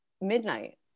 midnight